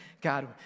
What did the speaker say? God